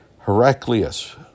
Heraclius